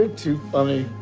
too funny